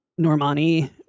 normani